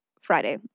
Friday